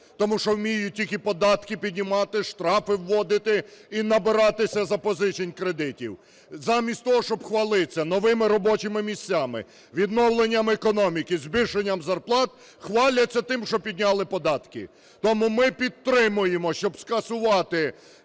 тому що вміють тільки податки піднімати, штрафи вводити і набиратися запозичень кредитів. Замість того, щоб хвалитись новими робочими місцями, відновленнями економіки, збільшенням зарплат, хваляться тим, що підняли податки. Тому ми підтримуємо, щоб скасувати